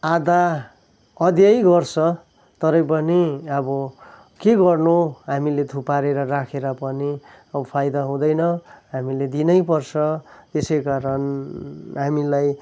आधा अदियैँ गर्छ तरै पनि अब के गर्नु हामीले थुपारेर राखेर पनि फाइदा हुँदैन हामीले दिनै पर्छ यसैकारण हामीलाई